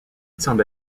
semble